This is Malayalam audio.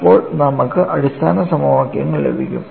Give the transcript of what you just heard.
അപ്പോൾ നമുക്ക് അടിസ്ഥാന സമവാക്യങ്ങൾ ലഭിക്കും